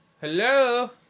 hello